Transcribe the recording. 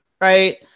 right